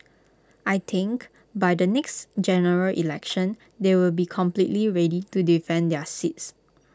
I think by the next General Election they will be completely ready to defend their seats